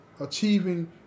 achieving